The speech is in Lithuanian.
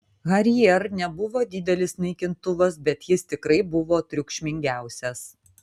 harrier nebuvo didelis naikintuvas bet jis tikrai buvo triukšmingiausias